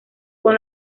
con